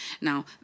Now